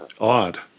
odd